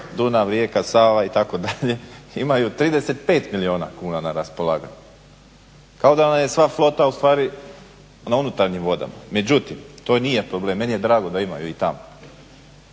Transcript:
Dunav, rijeka Sava itd. imaju 35 milijuna kuna na raspolaganju. Kao da nam je sva flota ustvari na unutarnjim vodama. Međutim to nije problem, meni je drago da imaju i tamo.